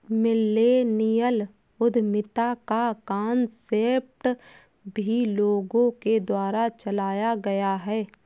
millennial उद्यमिता का concept भी लोगों के द्वारा चलाया गया है